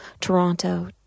Toronto